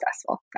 successful